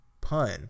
Pun